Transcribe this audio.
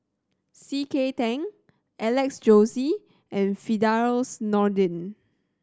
C K Tang Alex Josey and Firdaus Nordin